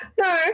no